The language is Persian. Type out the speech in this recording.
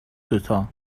دوتا